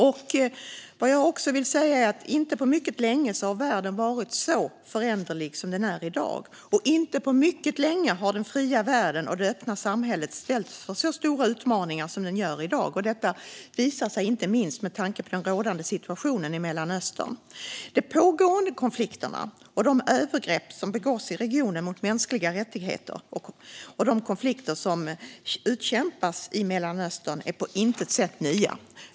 Något annat jag vill säga är att världen inte på mycket länge har varit så föränderlig som den är i dag och att den fria världen och det öppna samhället inte på mycket länge har ställts inför så stora utmaningar som i dag. Detta visar sig inte minst i den rådande situationen i Mellanöstern. De övergrepp som begås i regionen mot mänskliga rättigheter och de pågående konflikter som utkämpas i Mellanöstern är på intet sätt nya.